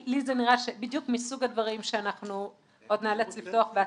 לי זה נראה בדיוק מסוג הדברים שאנחנו עוד ניאלץ לפתוח בעתיד,